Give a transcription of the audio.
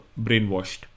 brainwashed